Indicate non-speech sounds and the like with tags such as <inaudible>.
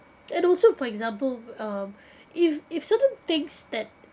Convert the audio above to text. and also for example um <breath> if if certain things that